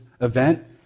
event